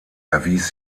erwies